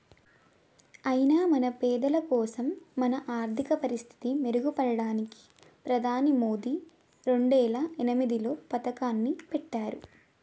అయినా మన పెద్దలకోసం మన ఆర్థిక పరిస్థితి మెరుగుపడడానికి ప్రధాని మోదీ రెండేల పద్దెనిమిదిలో పథకాన్ని పెట్టారు